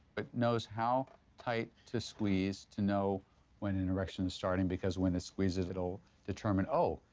it knows how tight to squeeze to know when an erection's starting, because when it squeezes it'll determine, oh,